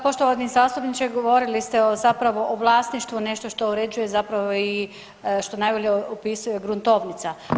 Poštovani zastupniče, govorili ste o zapravo o vlasništvu, nešto što uređuje zapravo i što najbolje opisuje gruntovnica.